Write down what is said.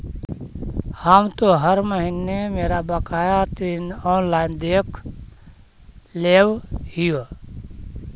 हम तो हर महीने मेरा बकाया ऋण ऑनलाइन देख लेव हियो